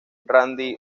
randy